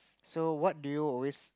so what do you always